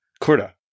Corda